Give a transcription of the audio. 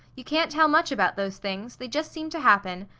you can't tell much about those things, they just seem to happen.